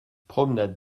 promenade